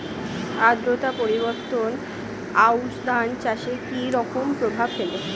আদ্রতা পরিবর্তন আউশ ধান চাষে কি রকম প্রভাব ফেলে?